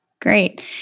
Great